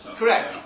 correct